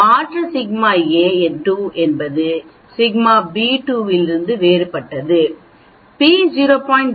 மாற்று σA 2 என்பது σB 2 இலிருந்து வேறுபட்டது p 0